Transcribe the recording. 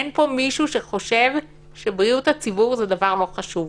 אין פה מישהו שחושב שבריאות הציבור זה דבר לא חשוב.